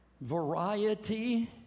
Variety